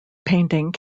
painting